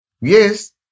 Yes